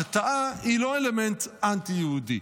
הרתעה היא לא אלמנט אנטי-יהודי.